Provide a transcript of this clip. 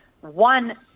one